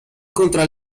contra